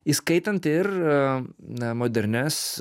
įskaitant ir na modernias